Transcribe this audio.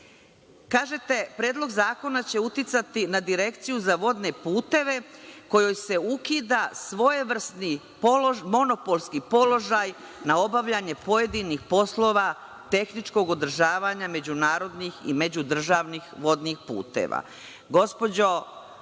piše. Kažete – Predlog zakona će uticati na Direkciju za vodne puteve kojoj se ukida svojevrsni monopolski položaj na obavljanje pojedinih poslova tehničkog održavanja međunarodnih i međudržavnih vodnih puteva. Gospođo